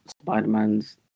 Spider-Man's